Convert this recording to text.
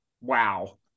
wow